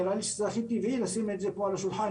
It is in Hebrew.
נראה לי שזה הכי טבעי לשים את זה פה על השולחן,